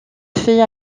fait